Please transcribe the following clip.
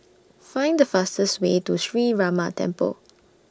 Find The fastest Way to Sree Ramar Temple